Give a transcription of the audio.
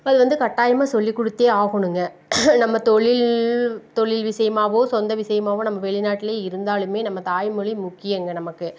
அது வந்து கட்டாயமாக சொல்லிக்கொடுத்தே ஆகணுங்க நம்ம தொழில் தொழில் விஷயமாவோ சொந்த விஷயமாவோ நம்ம வெளிநாட்டில் இருந்தாலுமே நம்ம தாய்மொழி முக்கியங்க நமக்கு